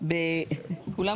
גופים